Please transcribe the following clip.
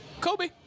Kobe